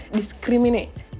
discriminate